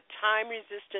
time-resistant